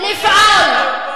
בסוריה.